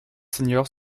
seniors